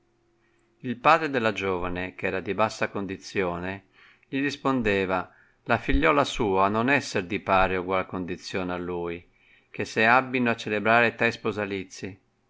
il padre della giovane che era di bassa condizione gli rispondeva la figliuola sua non esser di pari e ugual condizione a lui che se abbino a celebrare tai sponsalizii